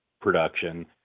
production